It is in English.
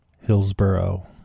Hillsboro